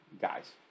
guys